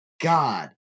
God